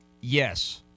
Yes